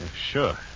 Sure